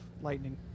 Lightning